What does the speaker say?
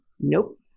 Nope